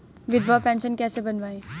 विधवा पेंशन कैसे बनवायें?